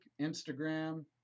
Instagram